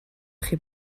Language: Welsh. chi